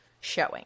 showing